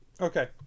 Okay